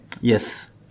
Yes